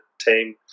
team